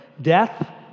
Death